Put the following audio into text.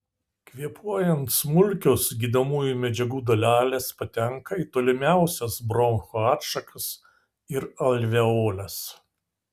kvėpuojant smulkios gydomųjų medžiagų dalelės patenka į tolimiausias bronchų atšakas ir alveoles